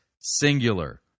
singular